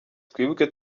twibuke